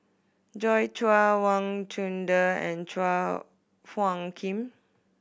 Joi Chua Wang Chunde and Chua Phung Kim